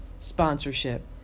sponsorship